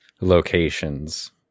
locations